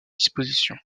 disposition